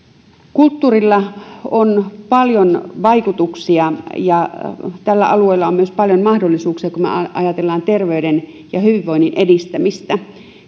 kulttuurilla on paljon vaikutuksia ja tällä alueella on myös paljon mahdollisuuksia kun me ajattelemme terveyden ja hyvinvoinnin edistämistä